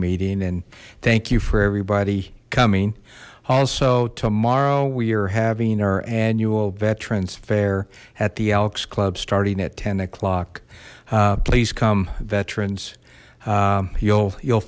meeting and thank you for everybody coming also tomorrow we are having our annual veterans fair at the elks club starting at ten o'clock please come veterans you'll you'll